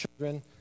children